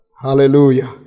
Hallelujah